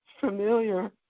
familiar